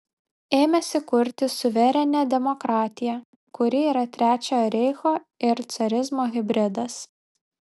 ėmėsi kurti suverenią demokratiją kuri yra trečiojo reicho ir carizmo hibridas